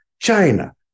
China